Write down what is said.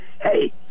Hey